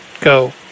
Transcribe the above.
go